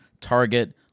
Target